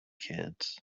kids